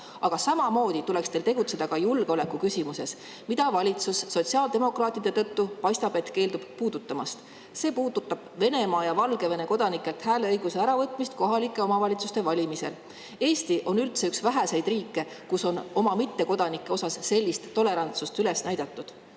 samamoodi tuleks teil tegutseda ka julgeolekuküsimuses, mida valitsus paistab sotsiaaldemokraatide tõttu keelduvat puudutamast. See puudutab Venemaa ja Valgevene kodanikelt hääleõiguse äravõtmist kohalike omavalitsuste valimistel. Eesti on üldse üks väheseid riike, kus on oma mittekodanike vastu sellist tolerantsust üles näidatud.